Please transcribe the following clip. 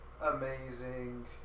amazing